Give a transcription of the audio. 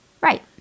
Right